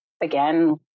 again